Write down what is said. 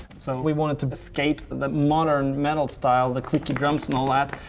so we wanted to escape that modern metal style, the clicky drums and all that,